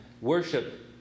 worship